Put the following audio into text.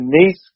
beneath